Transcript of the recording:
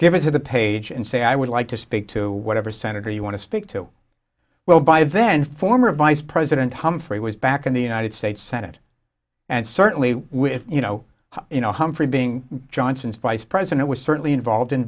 give it to the page and say i would like to speak to whatever senator you want to speak to well by then former vice president humphrey was back in the united states senate and certainly with you know you know humphrey being johnson's vice president was certainly involved in